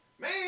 man